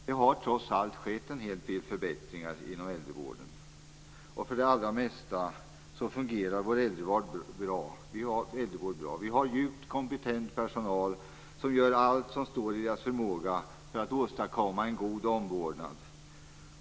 Det har trots allt skett en hel del förbättringar inom äldrevården, och för det mesta fungerar vår äldrevård bra. Vi har djupt kompetent personal som gör allt som står i deras förmåga för att åstadkomma en god omvårdnad.